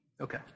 Okay